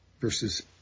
verses